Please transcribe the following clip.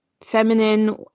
feminine